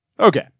Okay